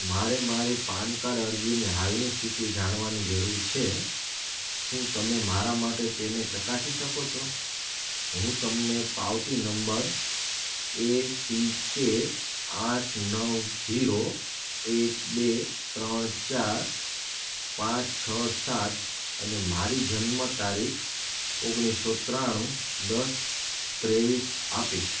માંરે મારી PAN card અરજીની હાલની સ્થિતિ જાણવાની જરૂર છે શું તમે મારા માટે તેને ચકાસી શકો છો હું તમને પાવતી નંબર એસિકે આઠ નવ જીરો એક બે ત્રણ ચાર પાંચ છ સાત અને મારી જન્મ તારીખ ઓગણીસો ત્રાણું દસ ત્રેવીસ આપીશ